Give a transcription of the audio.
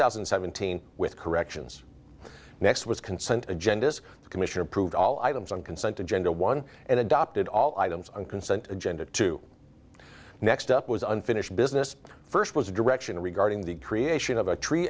thousand and seventeen with corrections next was consent agendas the commission approved all items on consent agenda one and adopted all items on consent agenda to next up was unfinished business first was direction regarding the creation of a tree